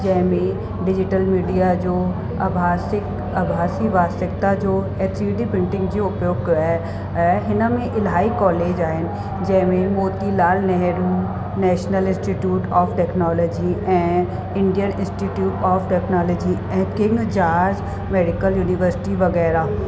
जंहिंमें digital media जो आभासिक अभासी वास्तिकता जो एच ओ डी प्रिंटिंग जो उपयोगु कयो आहे ऐं हिन में इलाही कॉलेज आहिनि जंहिंमें Motilal Nehru national institute of technology ऐं इंडियन इंस्टिट्यूट ऑफ टैक्नोलॉजी ऐं किनि जा मैडिकल यूनिवर्सिटी वग़ैरह